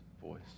voice